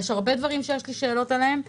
יש לי שאלות על הרבה דברים,